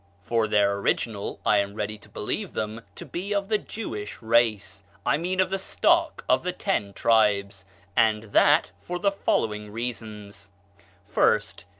for their original, i am ready to believe them to be of the jewish race i mean of the stock of the ten tribes and that for the following reasons first,